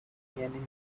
enemies